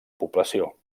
població